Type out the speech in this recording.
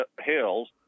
Hills